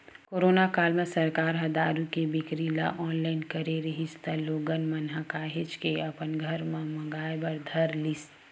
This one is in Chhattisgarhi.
कोरोना काल म सरकार ह दारू के बिक्री ल ऑनलाइन करे रिहिस त लोगन मन ह काहेच के अपन घर म मंगाय बर धर लिस